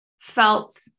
felt